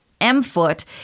M-Foot